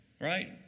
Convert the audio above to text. right